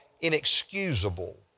inexcusable